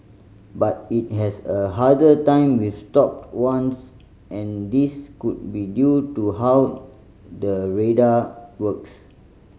but it has a harder time with stopped ones and this could be due to how the radar works